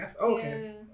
okay